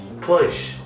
Push